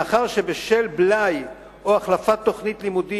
מאחר שבשל בלאי או החלפת תוכנית לימודים